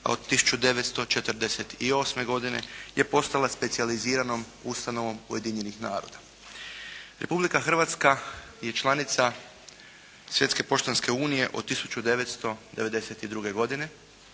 a od 1948. godine je postala specijaliziranom ustanovom ujedinjenih naroda. Republika Hrvatska je članica Svjetske poštanske unije od 1992. godine,